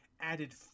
added